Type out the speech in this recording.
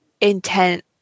intent